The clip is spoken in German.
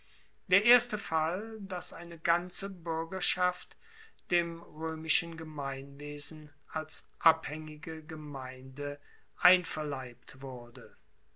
der erste fall dass eine ganze buergerschaft dem roemischen gemeinwesen als abhaengige gemeinde einverleibt wurde